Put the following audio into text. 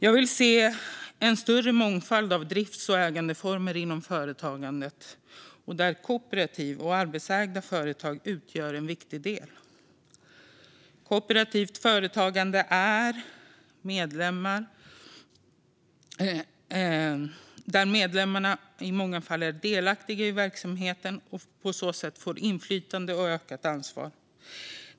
Jag vill se en större mångfald av drifts och ägandeformer inom företagandet, där kooperativ och arbetarägda företag utgör en viktig del. Kooperativt företagande innebär att medlemmarna i många fall är delaktiga i verksamheten och på så sätt får inflytande och ökat ansvar.